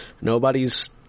Nobody's